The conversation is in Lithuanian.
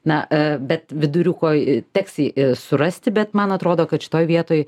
na bet viduriuko teks surasti bet man atrodo kad šitoj vietoj